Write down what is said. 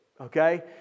okay